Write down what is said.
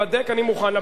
אני מוכן לבדיקה.